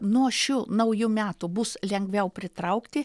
nuo šių naujų metų bus lengviau pritraukti